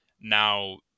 Now